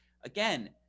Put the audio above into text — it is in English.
again